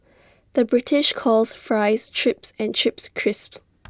the British calls Fries Chips and Chips Crisps